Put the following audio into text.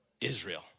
Israel